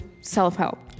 self-help